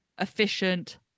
efficient